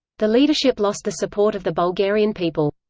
the leadership lost the support of the bulgarian people.